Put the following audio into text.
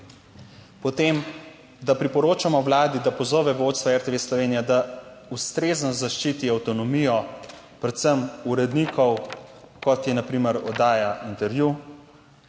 Potem, da priporočamo Vladi, da pozove vodstvo RTV Slovenija, da ustrezno zaščiti avtonomijo, predvsem urednikov, kot je na primer Oddaja Intervju,